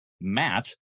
Matt